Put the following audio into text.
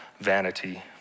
vanity